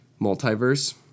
multiverse